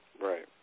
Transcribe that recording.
Right